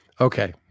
Okay